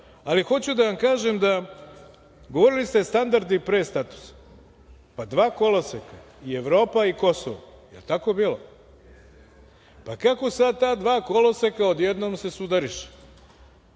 glasao. Hoću da kažem, govorili ste standardi pre statusa, pa dva koloseka, Evropa i Kosovo, jel tako bilo. Kako sada ta dva koloseka odjednom se sudariše,